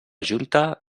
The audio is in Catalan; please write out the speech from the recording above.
junta